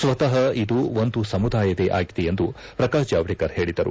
ಸ್ವತಃ ಇದು ಒಂದು ಸಮುದಾಯವೇ ಆಗಿದೆ ಎಂದು ಶ್ರಕಾಶ್ ಜಾವಡೇಕರ್ ಹೇಳಿದರು